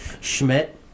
Schmidt